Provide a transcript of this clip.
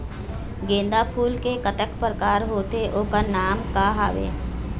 गेंदा फूल के कतेक प्रकार होथे ओकर नाम का हवे?